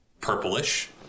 purplish